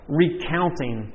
recounting